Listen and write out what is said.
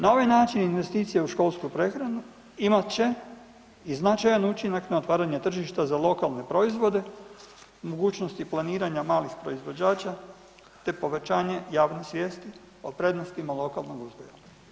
Na ovaj način investicije u školsku prehranu imat će i značajan učinak na otvaranje tržišta za lokalne proizvode, mogućnosti planiranja malih proizvođača te povećanje javne svijesti o prednostima lokalnog uzgoja.